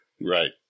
Right